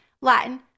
Latin